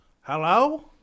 Hello